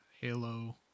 Halo